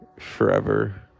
forever